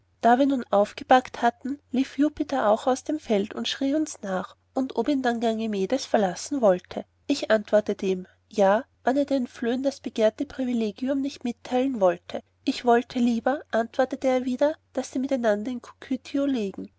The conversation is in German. da wir nun aufgepackt hatten lief jupiter auch aus dem wald und schriee uns nach ob ihn dann ganymedes verlassen wollte ich antwortete ihm ja wann er den flöhen das begehrte privilegium nicht mitteilen wollte ich wollte lieber antwortete er wieder daß sie miteinander im cocytho lägen